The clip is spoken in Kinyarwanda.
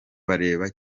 bareba